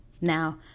Now